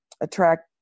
attract